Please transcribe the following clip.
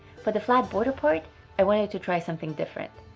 for the flat border part i wanted to try something different.